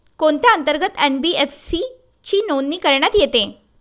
कोणत्या अंतर्गत एन.बी.एफ.सी ची नोंदणी करण्यात येते?